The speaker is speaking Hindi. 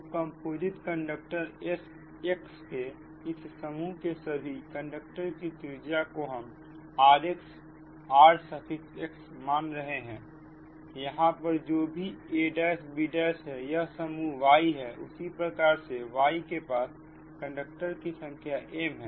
तो कंपोजिट कंडक्टर X के इस समूह के सभी कंडक्टर की त्रिज्या को हम rx r सफिक्स x मान रहे हैं यहां पर भी जो a'b' है यह समूह Y है उसी प्रकार से Y के पास कंडक्टर की संख्या m है